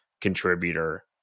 contributor